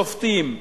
שופטים,